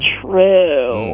true